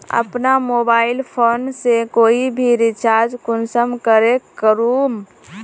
अपना mobile phone से कोई भी रिचार्ज कुंसम करे करूम?